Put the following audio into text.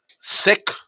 sick